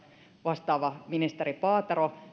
vastaava ministeri paatero